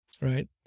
right